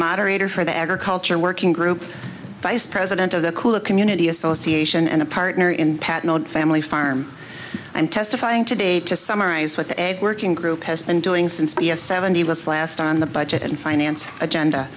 moderator for the agriculture working group vice president of the cooler community association and a partner in the patent family farm and testifying today to summarize what the egg working group has been doing since p s seventy was last on the budget and finance agenda